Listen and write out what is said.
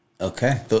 Okay